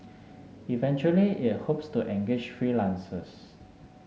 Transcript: eventually it hopes to engage freelancers